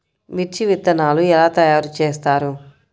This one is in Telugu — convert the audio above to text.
మిర్చి విత్తనాలు ఎలా తయారు చేస్తారు?